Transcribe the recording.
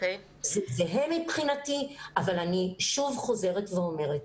אבל אני שוב חוזרת ואומרת,